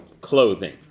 clothing